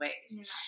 ways